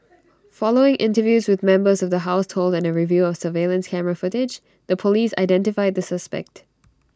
following interviews with members of the household and A review of surveillance camera footage the Police identified the suspect